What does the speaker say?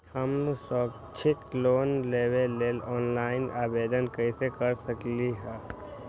हम शैक्षिक लोन लेबे लेल ऑनलाइन आवेदन कैसे कर सकली ह?